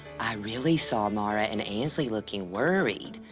i really saw marah and anslee looking worried.